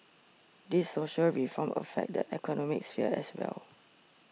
these social reforms affect the economic sphere as well